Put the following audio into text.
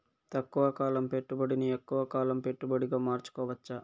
తక్కువ కాలం పెట్టుబడిని ఎక్కువగా కాలం పెట్టుబడిగా మార్చుకోవచ్చా?